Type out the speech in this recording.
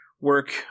work